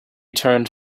turned